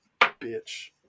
bitch